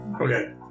Okay